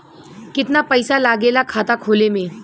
कितना पैसा लागेला खाता खोले में?